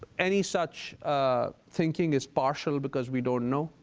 any such ah thinking is partial because we don't know.